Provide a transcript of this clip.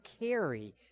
carry